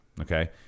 okay